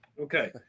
okay